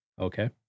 Okay